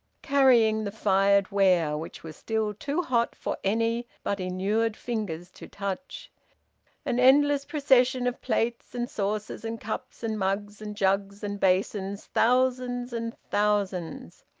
carrying the fired ware, which was still too hot for any but inured fingers to touch an endless procession of plates and saucers and cups and mugs and jugs and basins, thousands and thousands!